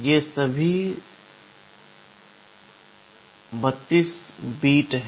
ये सभी 32 बिट हैं